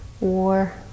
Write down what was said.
war